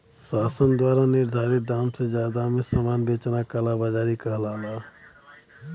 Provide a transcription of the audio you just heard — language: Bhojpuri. शासन द्वारा निर्धारित दाम से जादा में सामान बेचना कालाबाज़ारी कहलाला